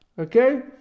Okay